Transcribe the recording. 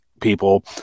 people